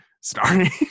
starring